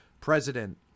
president